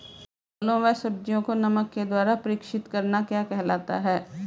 फलों व सब्जियों को नमक के द्वारा परीक्षित करना क्या कहलाता है?